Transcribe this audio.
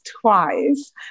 twice